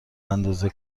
اندازه